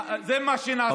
זה מה שנעשה.